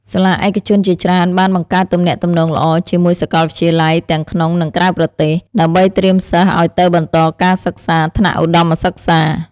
សាលាឯកជនជាច្រើនបានបង្កើតទំនាក់ទំនងល្អជាមួយសាកលវិទ្យាល័យទាំងក្នុងនិងក្រៅប្រទេស ដើម្បីត្រៀមសិស្សឱ្យទៅបន្តការសិក្សាថ្នាក់ឧត្តមសិក្សា។